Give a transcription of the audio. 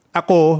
ako